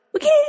Okay